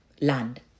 land